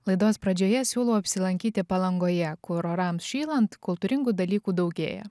laidos pradžioje siūlau apsilankyti palangoje kur orams šylant kultūringų dalykų daugėja